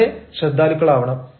അവിടെ ശ്രദ്ധാലുക്കളാവണം